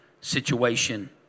situation